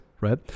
right